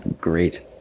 Great